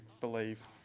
believe